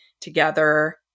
together